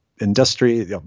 industry